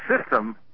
system